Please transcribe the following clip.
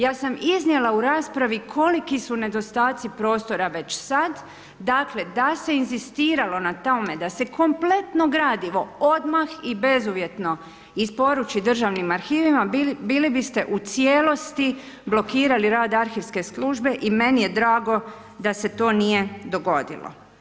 Ja sam iznijela u raspravi koliki su nedostaci prostora već sad, dakle da se inzistiralo na tome da se kompletno gradivo odmah i bezuvjetno isporuči državnim arhivima, bili bi ste u cijelosti blokirali rad arhivske službe i meni je drago da se to nije dogodilo.